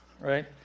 right